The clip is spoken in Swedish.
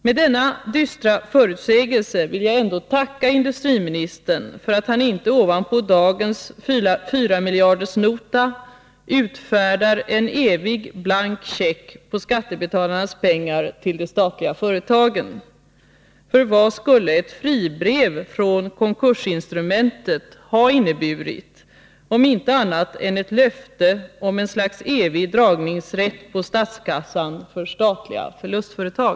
Med denna dystra förutsägelse vill jag ändå tacka industriministern för att han inte ovanpå dagens fyramiljardersnota utfärdar en evig blank check på skattebetalarnas pengar till de statliga företagen. För vad skulle ett fribrev från konkursinstrumentet inneburit om inte ett löfte om ett slags evig dragningsrätt på statskassan för statliga förlustföretag?